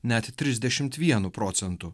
net trisdešimt vienu procentu